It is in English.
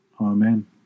Amen